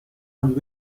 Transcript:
and